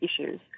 issues